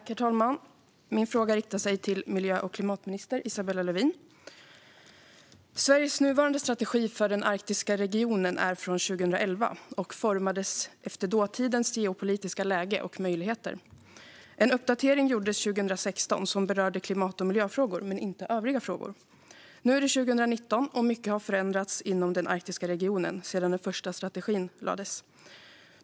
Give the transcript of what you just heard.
Herr talman! Min fråga riktar sig till miljö och klimatminister Isabella Lövin. Sveriges nuvarande strategi för den arktiska regionen är från 2011 och formades efter dåtidens geopolitiska läge och möjligheter. En uppdatering gjordes 2016 som berörde klimat och miljöfrågor men inte övriga frågor. Nu är det 2019 och mycket har förändrats inom den arktiska regionen sedan den första strategin lades fast.